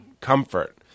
comfort